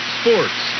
sports